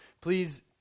Please